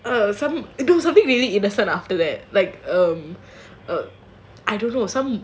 ugh some do something very innocent after that like ugh ugh I don't know some